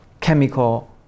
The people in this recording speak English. chemical